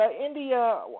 India